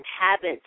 habits